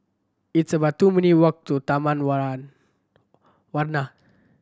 it's about two minute walk to Taman Warna